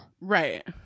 right